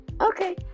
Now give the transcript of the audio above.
Okay